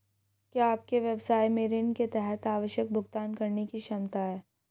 क्या आपके व्यवसाय में ऋण के तहत आवश्यक भुगतान करने की क्षमता है?